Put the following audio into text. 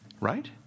right